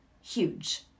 huge